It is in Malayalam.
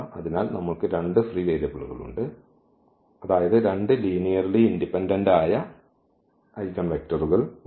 അതിനാൽ നമ്മൾക്ക് രണ്ട് ഫ്രീ വേരിയബിളുകൾ ഉണ്ട് അതായത് 2 ലീനിയർലി ഇൻഡിപെൻഡന്റ് ആയ ഐഗൻവെക്ടറുകൾ ഉണ്ട്